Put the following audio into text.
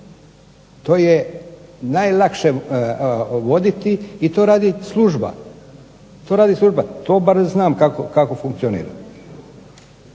To je najlakše voditi i to radi služba. To barem znam kako funkcionira.